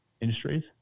industries